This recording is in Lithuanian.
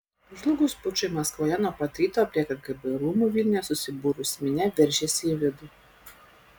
žlugus pučui maskvoje nuo pat ryto prie kgb rūmų vilniuje susibūrusi minia veržėsi į vidų